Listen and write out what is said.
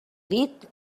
dit